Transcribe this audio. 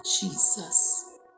Jesus